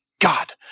God